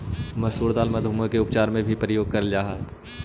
मसूर दाल मधुमेह के उपचार में भी प्रयोग करेल जा हई